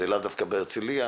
ולאו דווקא בהרצליה,